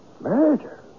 Murder